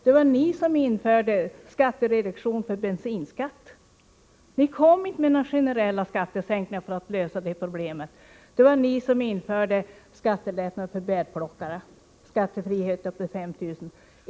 Det var ni som införde skattereduktion för bensinskatt. Ni kom inte med några generella skattesänkningar för att lösa det problemet. Det var ni som införde skattefrihet upp till 5 000 kr. för bärplockare.